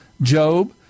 Job